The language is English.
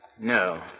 No